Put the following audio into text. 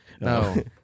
No